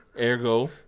ergo